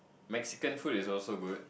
Mexican food is also good